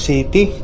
City